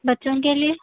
بچوں کے لیے